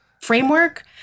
framework